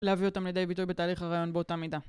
להביא אותם לידי ביטוי בתהליך הרעיון באותה מידה.